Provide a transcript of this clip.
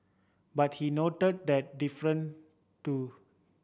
but he noted that different too